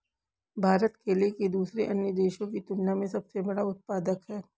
भारत केले का दूसरे अन्य देशों की तुलना में सबसे बड़ा उत्पादक है